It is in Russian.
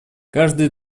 каждые